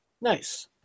Nice